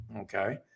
Okay